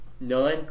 None